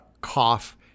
cough